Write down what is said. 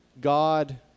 God